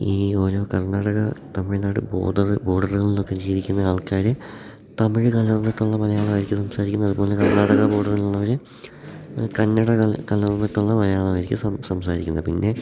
ഈ ഓരോ കർണാടക തമിഴ്നാട് ബോർഡറിൽ ബോർഡറിനടുത്ത് ജീവിക്കുന്ന ആൾക്കാർ തമിഴ് കലർന്നിട്ടുള്ള മലയാളം ആയിരിക്കും സംസാരിക്കുന്നത് അത്പോലെ കർണാടക ബോർഡറിലുള്ളവർ കന്നഡ കലർന്നിട്ടുള്ള മലയാളം ആയിരിക്കും സംസാരിക്കുന്നത് പിന്നെ